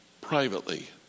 privately